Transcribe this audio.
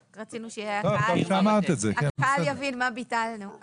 רק רצינו שהקהל יבין מה ביטלנו.